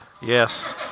Yes